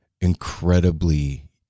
incredibly